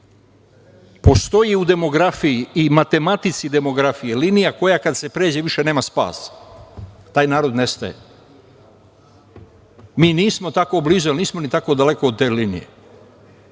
u demografiji i matematici demografije, linija koja kada se pređe više nema spasa, i taj narod nestaje. Mi nismo tako blizu, a nismo tako ni daleko od te linije